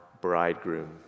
bridegroom